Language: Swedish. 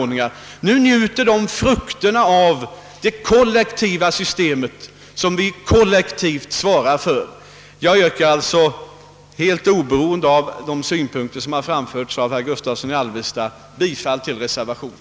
Nu njuter de frukterna av det kollektiva system som vi alla svarar för. Oberoende av de synpunkter som framförts av herr Gustavsson i Alvesta yrkar jag bifall till reservationen.